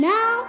Now